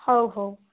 ହଉ ହଉ